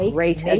Great